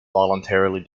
voluntarily